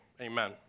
Amen